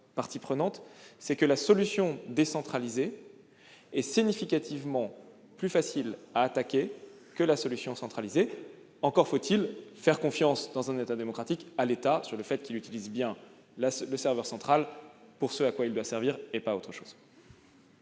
c'est que la solution décentralisée est significativement plus facile à attaquer que la solution centralisée. Encore faut-il, dans une démocratie, faire confiance à l'État sur le fait qu'il utilisera bien le serveur central pour ce à quoi il doit servir et pas pour autre chose.